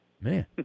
Man